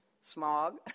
Smog